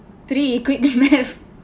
three quick math